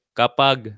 kapag